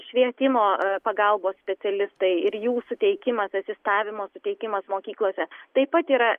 švietimo pagalbos specialistai ir jų suteikimas asistavimo suteikimas mokyklose taip pat yra